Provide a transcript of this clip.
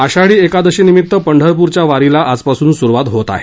आषाढी एकादशीनिमित्त पंढरपूरच्या वारीला आजपासून सुरुवात होत आहे